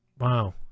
Wow